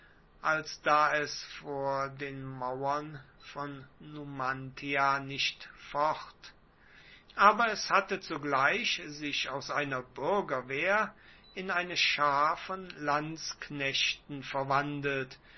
als da es vor den mauern von numantia nicht focht aber es hatte zugleich sich aus einer bürgerwehr in eine schar von lanzknechten verwandelt